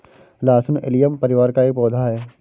लहसुन एलियम परिवार का एक पौधा है